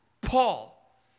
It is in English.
Paul